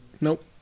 Nope